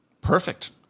Perfect